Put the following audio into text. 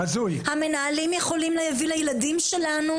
המנהלים יכולים להביא לילדים שלנו